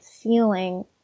feeling